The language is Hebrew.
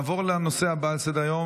נעבור לנושא הבא על סדר-היום,